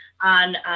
on